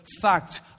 fact